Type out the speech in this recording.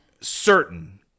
certain